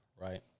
right